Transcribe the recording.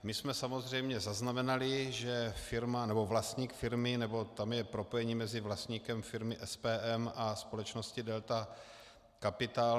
My jsme samozřejmě zaznamenali, že firma, nebo vlastník firmy, tam je propojení mezi vlastníkem firmy SPM a společností Delta Capital.